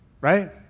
right